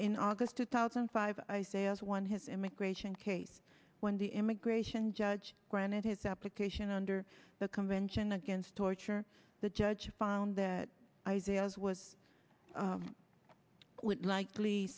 in august two thousand and five i say as one his immigration case when the immigration judge granted his application under the convention against torture the judge found that isaiah's was would likely